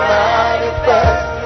manifest